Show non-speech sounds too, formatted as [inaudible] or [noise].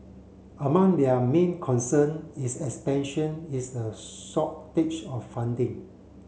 among their main concern is [unintelligible] is a shortage of funding